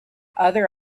other